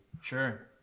Sure